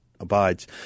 Abides